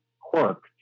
quirk